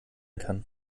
kann